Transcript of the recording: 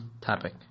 topic